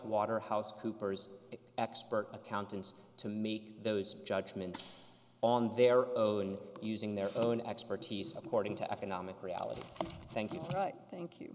waterhouse coopers expert accountants to make those judgments on their own using their own expertise according to economic reality thank you you thank